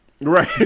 Right